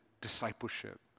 discipleship